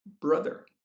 brother